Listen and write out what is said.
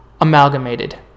Amalgamated